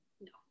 No